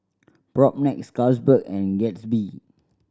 Propnex Carlsberg and Gatsby